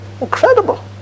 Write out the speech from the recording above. Incredible